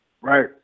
right